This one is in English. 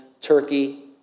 Turkey